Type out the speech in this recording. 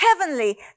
heavenly